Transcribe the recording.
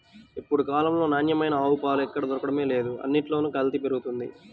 ఇప్పుడు కాలంలో నాణ్యమైన ఆవు పాలు ఎక్కడ దొరకడమే లేదు, అన్నిట్లోనూ కల్తీ పెరిగిపోతంది